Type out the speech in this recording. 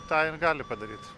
tą jin gali padaryt